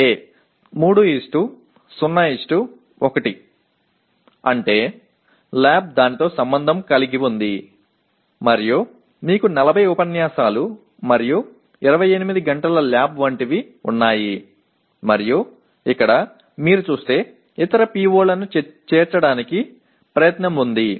A 301 అంటే lab దానితో సంబంధం కలిగి ఉంది మరియు మీకు 40 ఉపన్యాసాలు మరియు 28 గంటల ల్యాబ్ వంటివి ఉన్నాయి మరియు ఇక్కడ మీరు చూస్తే ఇతర PO లను చేర్చడానికి ప్రయత్నం ఉంది